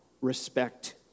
respect